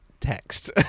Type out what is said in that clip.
text